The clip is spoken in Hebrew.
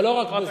ולא רק בזה.